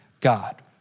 God